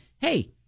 Hey